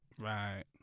Right